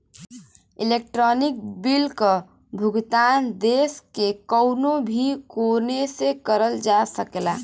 electronic bill क भुगतान देश के कउनो भी कोने से करल जा सकला